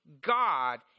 God